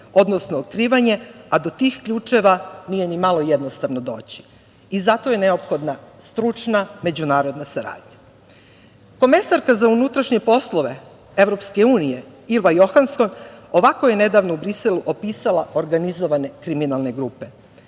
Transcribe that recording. odnosno otkrivanje, a do tih ključeva nije nimalo jednostavno doći i zato je neophodna stručna međunarodna saradnja. Komesarka za unutrašnje poslove Evropske unije Ilva Johanson ovako je nedavno u Briselu opisala organizovane kriminalne grupe: